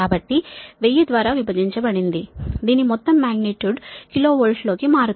కాబట్టి 1000 ద్వారా విభజించబడింది దీని మొత్తం మాగ్నిట్యూడ్ కిలో వోల్ట్ లోకి మారుతుంది